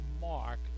mark